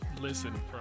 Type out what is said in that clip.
listen